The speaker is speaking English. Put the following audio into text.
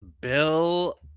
Bill